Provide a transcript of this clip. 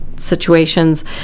situations